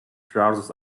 trousers